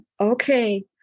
okay